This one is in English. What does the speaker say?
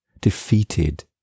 defeated